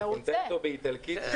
"שבע רצון" באיטלקית.